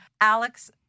Alex